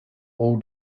all